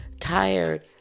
tired